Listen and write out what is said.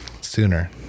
sooner